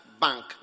bank